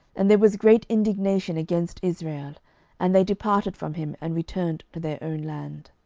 and there was great indignation against israel and they departed from him, and returned to their own land.